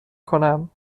کنم